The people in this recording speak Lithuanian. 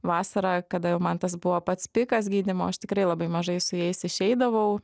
vasarą kada jau man tas buvo pats pikas gydymo aš tikrai labai mažai su jais išeidavau